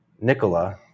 Nicola